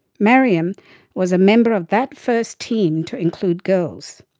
maryam was a member of that first team to include girls.